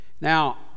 now